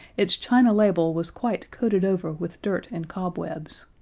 its china label was quite coated over with dirt and cobwebs.